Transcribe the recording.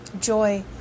joy